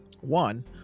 One